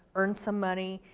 earn some money,